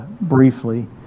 briefly